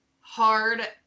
hard